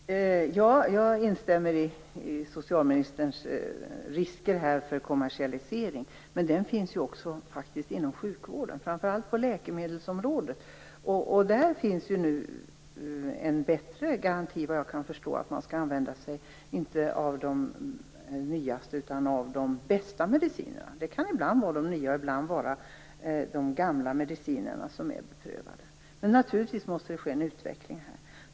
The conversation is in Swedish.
Herr talman! Jag instämmer i det socialministern säger om risken för kommersialisering. Men den finns ju faktiskt också inom sjukvården, framför allt på läkemedelsområdet. Där finns ju nu, vad jag kan förstå, en bättre garanti för att man inte skall använda sig av de nyaste medicinerna utan av de bästa. Det kan ibland vara de nya medicinerna och ibland de gamla, beprövade. Naturligtvis måste det ske en utveckling här.